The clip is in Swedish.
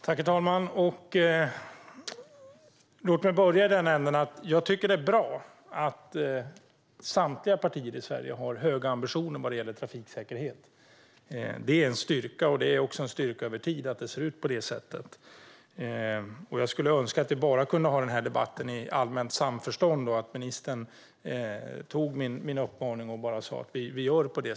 Herr talman! Jag vill börja med att säga att jag tycker att det är bra att samtliga partier i Sverige har höga ambitioner vad gäller trafiksäkerhet. Det är en styrka, och det är också en styrka över tid att det ser ut på det sättet. Jag skulle önska att den här debatten kunde ske i allmänt samförstånd och att ministern bara tog till sig min uppmaning och sa att så gör vi.